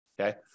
Okay